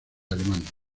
alemania